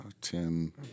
Tim